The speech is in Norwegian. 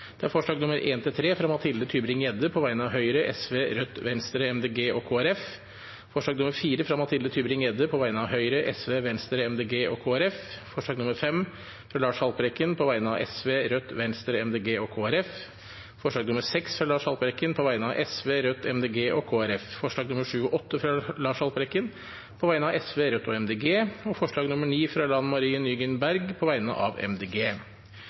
alt ni forslag. Det er forslagene nr. 1–3, fra Mathilde Tybring-Gjedde på vegne av Høyre, Sosialistisk Venstreparti, Rødt, Venstre, Miljøpartiet De Grønne og Kristelig Folkeparti forslag nr. 4, fra Mathilde Tybring-Gjedde på vegne av Høyre, Sosialistisk Venstreparti, Venstre, Miljøpartiet De Grønne og Kristelig Folkeparti forslag nr. 5, fra Lars Haltbrekken på vegne av Sosialistisk Venstreparti, Rødt, Venstre, Miljøpartiet De Grønne og Kristelig Folkeparti forslag nr. 6, fra Lars Haltbrekken på vegne av Sosialistisk Venstreparti, Rødt, Miljøpartiet De Grønne og Kristelig Folkeparti forslagene nr. 7 og 8, fra Lars Haltbrekken på vegne av Sosialistisk Venstreparti, Rødt og Miljøpartiet De Grønne forslag